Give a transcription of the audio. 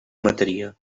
mataria